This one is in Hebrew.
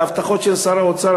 והבטחות של שר האוצר,